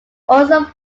also